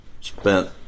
spent